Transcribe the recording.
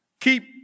Keep